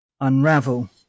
unravel